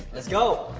let's go!